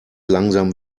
langsam